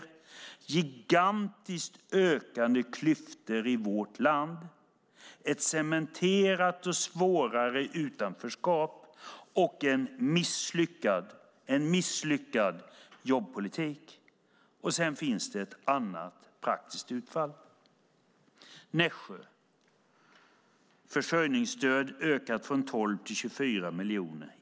Det är gigantiskt ökande klyftor i vårt land, ett cementerat och svårare utanförskap och en misslyckad jobbpolitik. Sedan finns det ett annat praktiskt utfall. I Nässjö, i mitt län, har försörjningsstödet ökat från 12 till 24 miljoner.